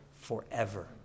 forever